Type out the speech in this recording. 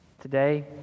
Today